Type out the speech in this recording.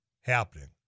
happening